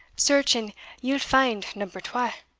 search and ye'll find number twa.